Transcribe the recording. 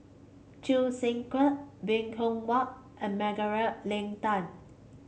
Choo Seng Quee Bong Hiong Hwa and Margaret Leng Tan